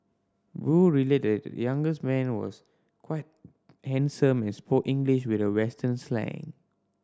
Wu relayed younger's man was quite handsome and spoke English with a western slang